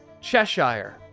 Cheshire